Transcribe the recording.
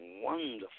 wonderful